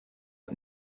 het